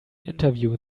interview